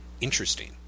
interesting